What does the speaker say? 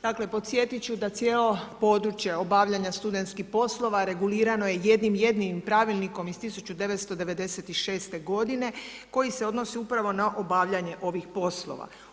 Dakle podsjetiti ću da cijelo područje obavljanja studentskih poslova regulirano je jednim jedinim pravilnikom iz 1996. godine koji se odnosi upravo na obavljanje ovih poslova.